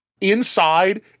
Inside